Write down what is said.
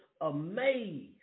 amazed